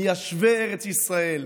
מיישבי ארץ ישראל,